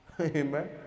Amen